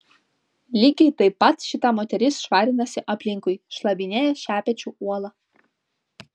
lygiai taip pat šita moteris švarinasi aplinkui šlavinėja šepečiu uolą